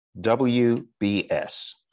WBS